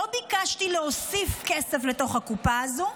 לא ביקשתי להוסיף כסף לתוך הקופה הזו.